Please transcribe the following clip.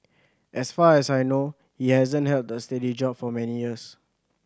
as far as I know he hasn't held a steady job for many years